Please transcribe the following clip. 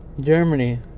Germany